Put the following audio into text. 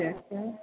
हं